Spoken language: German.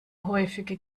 häufige